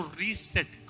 reset